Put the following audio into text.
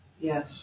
Yes